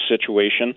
situation